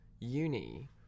uni